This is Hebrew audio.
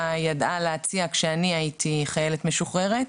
ידעה להציע כשאני הייתי חיילת משוחררת.